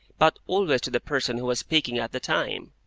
but always to the person who was speaking at the time.